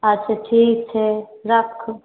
अच्छा तऽ ठीक छै राखू